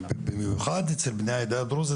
במיוחד אצל בני העדה הדרוזית,